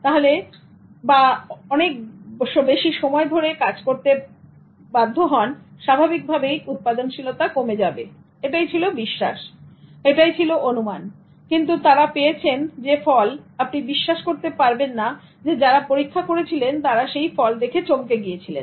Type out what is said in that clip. যদি আপনি বাধ্য হন অনেক বেশি সময় কাজ করতে স্বাভাবিকভাবেই উৎপাদনশীলতা কমে যাবে এটাই ছিল বিশ্বাস এটাই ছিল অনুমান কিন্তু তারা পেয়েছেন যে ফল আপনি বিশ্বাস করতে পারবেন না যে যারা পরীক্ষা করেছিলেন তারা চমকে গেছিলেন